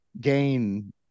gain